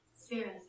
Spirit